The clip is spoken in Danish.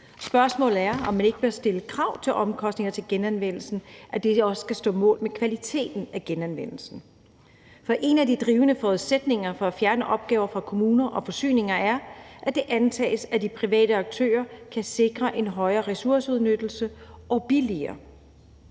Spørgsmålet er, om ikke man bør stille krav om, at omkostninger til genanvendelse også skal stå mål med kvaliteten af genanvendelsen. For en af de drivende forudsætninger for at fjerne opgaver fra kommuner og forsyninger er, at det antages, at de private aktører kan sikre en højere ressourceudnyttelse og gøre